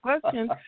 question